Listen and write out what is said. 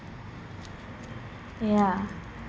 ya